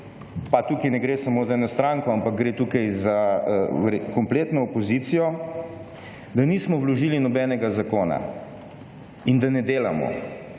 pa tukaj ne gre samo za eno stranko, ampak gre tukaj za kompletno opozicijo, da nismo vložili nobenega zakona in da ne delamo.